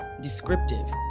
descriptive